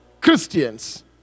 Christians